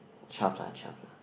twelve lah twelve lah